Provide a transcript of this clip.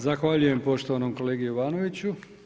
Zahvaljujem poštovanom kolegi Jovanoviću.